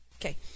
Okay